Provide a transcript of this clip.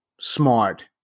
smart